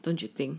don't you think